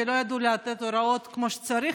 שלא ידעו לתת הוראות כמו שצריך,